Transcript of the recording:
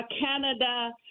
Canada